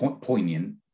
poignant